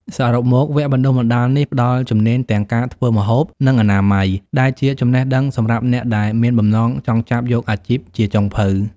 សរុបមក វគ្គបណ្ដុះបណ្ដាលនេះផ្ដល់ជំនាញទាំងការធ្វើម្ហូប និងអនាម័យ ដែលជាចំណេះដឹងសម្រាប់អ្នកដែលមានបំណងចង់ចាប់យកអាជីពជាចុងភៅ។